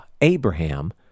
Abraham